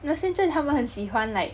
那现在他们很喜欢 like